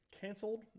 canceled